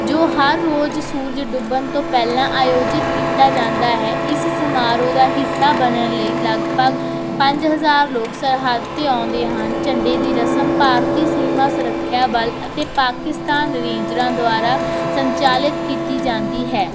ਜੋ ਹਰ ਰੋਜ਼ ਸੂਰਜ ਡੁੱਬਣ ਤੋਂ ਪਹਿਲਾਂ ਆਯੋਜਿਤ ਕੀਤਾ ਜਾਂਦਾ ਹੈ ਇਸ ਸਮਾਰੋਹ ਦਾ ਹਿੱਸਾ ਬਣਨ ਲਈ ਲਗਭਗ ਪੰਜ ਹਜ਼ਾਰ ਲੋਕ ਸਰਹੱਦ 'ਤੇ ਆਉਂਦੇ ਹਨ ਝੰਡੇ ਦੀ ਰਸਮ ਭਾਰਤੀ ਸੀਮਾ ਸੁਰੱਖਿਆ ਬਲ ਅਤੇ ਪਾਕਿਸਤਾਨ ਰੇਂਜਰਾਂ ਦੁਆਰਾ ਸੰਚਾਲਿਤ ਕੀਤੀ ਜਾਂਦੀ ਹੈ